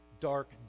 dark